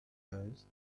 hers